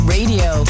Radio